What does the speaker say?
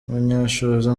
munyanshoza